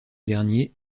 dernier